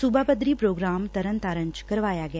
ਸੁਬਾ ਪੱਧਰੀ ਪ੍ਰੋਗਰਾਮ ਤਰਨਤਾਰਨ ਚ ਕਰਵਾਇਆ ਗਿਆ